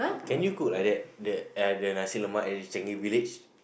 can you cook like that the uh the nasi-lemak at the Changi-Village